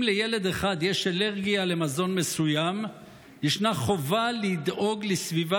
אם לילד אחד יש אלרגיה למזון מסוים ישנה חובה לדאוג לסביבה